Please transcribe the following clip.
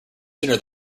sooner